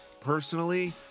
personally